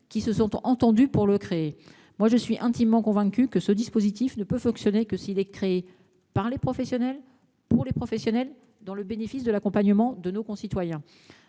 qui se sont entendus pour le créer. Je suis intimement convaincue que ce dispositif ne peut fonctionner que s'il est créé par les professionnels, pour les professionnels, au seul bénéfice de l'accompagnement de nos concitoyens.